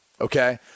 okay